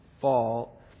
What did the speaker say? fall